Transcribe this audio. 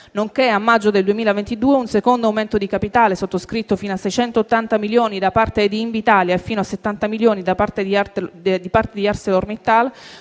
nonché a maggio del 2022 un aumento di capitale sottoscritto fino a 680 milioni da parte di Invitalia e fino a 70 milioni da parte di ArcelorMittal,